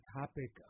topic